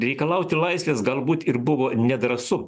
reikalauti laisvės galbūt ir buvo nedrąsu